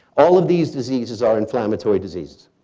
all of these diseases are inflammatory disease,